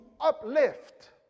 uplift